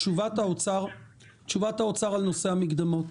תשובת האוצר על נושא המקדמות,